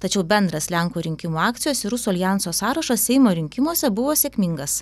tačiau bendras lenkų rinkimų akcijos ir rusų aljanso sąrašas seimo rinkimuose buvo sėkmingas